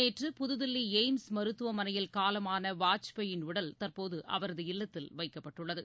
நேற்று புதுதில்லி எய்ம்ஸ் மருத்துவமனையில் காலமான வாஜ்பாயின் உடல் தற்போது அவரது இல்லத்தில் வைக்கப்பட்டுள்ளது